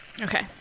okay